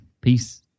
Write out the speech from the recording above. Peace